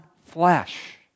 flesh